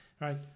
right